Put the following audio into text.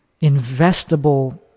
investable